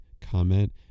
comment